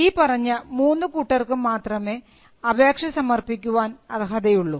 ഈ പറഞ്ഞ മൂന്നു കൂട്ടർക്കും മാത്രമേ അപേക്ഷ സമർപ്പിക്കാൻ അർഹതയുള്ളൂ